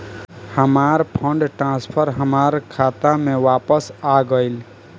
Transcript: हमार fund transfer हमार खाता में वापस आ गइल